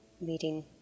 meeting